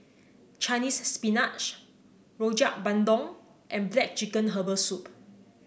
Chinese Spinach Rojak Bandung and black chicken Herbal Soup